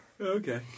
Okay